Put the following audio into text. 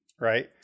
Right